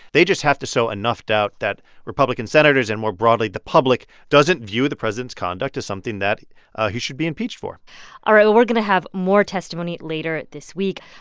they just have to sow enough doubt that republican senators and, more broadly, the public doesn't view the president's conduct as something that he should be impeached for all right. well, we're going to have more testimony later this week.